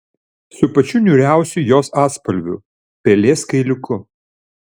su pačiu niūriausiu jos atspalviu pelės kailiuku